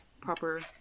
proper